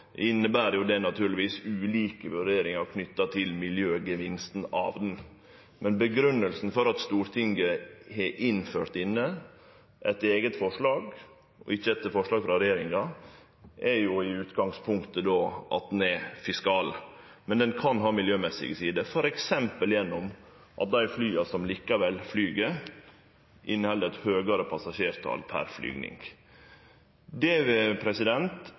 det inneber naturlegvis ulike vurderingar knytte til miljøgevinsten av henne. Grunngjevinga for at Stortinget har innført avgifta, etter eige forslag og ikkje etter forslag frå regjeringa, er i utgangspunktet at ho er fiskal. Men ho kan ha miljømessige sider, f.eks. gjennom at dei flya som likevel flyg, inneheld eit høgare passasjertal per flyging. Det